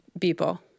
people